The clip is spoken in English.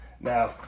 Now